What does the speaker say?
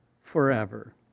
forever